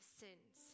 sins